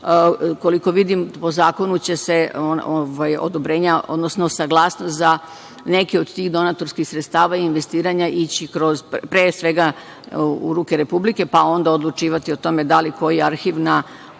Koliko vidim, po zakonu će se odobrenja, odnosno saglasnost za neke od tih donatorskih sredstava i investiranja ići pre svega u ruke Republike pa onda odlučivati o tome da li koji arhiv kada je